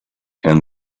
and